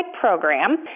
program